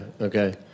Okay